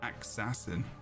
Assassin